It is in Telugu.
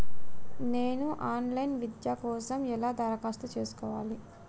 నేను ఆన్ లైన్ విద్య కోసం ఎలా దరఖాస్తు చేసుకోవాలి?